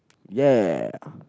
ya